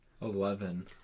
Eleven